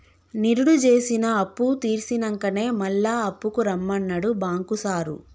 నిరుడు జేసిన అప్పుతీర్సినంకనే మళ్ల అప్పుకు రమ్మన్నడు బాంకు సారు